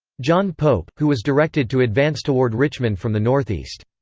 john pope, who was directed to advance toward richmond from the northeast.